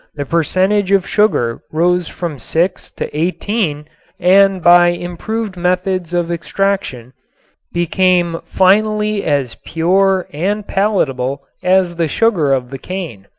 the percentage of sugar rose from six to eighteen and by improved methods of extraction became finally as pure and palatable as the sugar of the cane.